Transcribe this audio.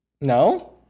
No